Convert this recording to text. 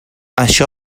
això